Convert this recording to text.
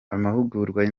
amahugurwa